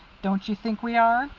don't you think we are?